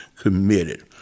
committed